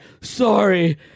sorry